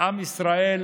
עם ישראל